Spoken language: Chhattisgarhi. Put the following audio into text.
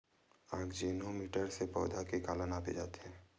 आकजेनो मीटर से पौधा के काला नापे जाथे?